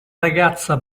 ragazza